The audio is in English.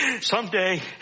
someday